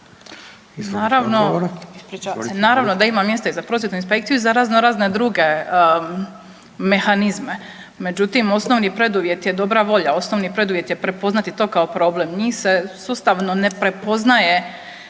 Naravno da ima mjesta i za prosvjetnu inspekciju i za raznorazne druge mehanizme, međutim osnovni preduvjet je dobra volja, osnovni preduvjet je prepoznati to kao problem. Njih se sustavno ne prepoznaje